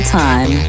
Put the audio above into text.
time